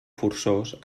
forçós